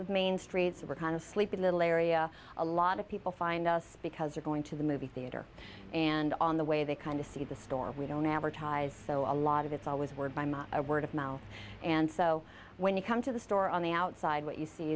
of main street so we're kind of sleepy little area a lot of people find us because they're going to the movie theater and on the way they kind of see the store we don't advertise so a lot of it's always were by my word of mouth and so when you come to the store on the outside what you see